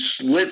slits